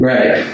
Right